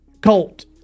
colt